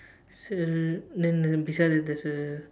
s~ then uh beside it there's a